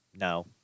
No